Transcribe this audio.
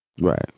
right